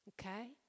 Okay